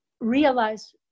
realize